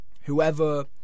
whoever